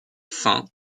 fin